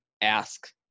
ask